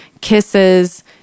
kisses